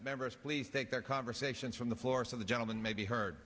members please take their conversations from the floor so the gentleman may be h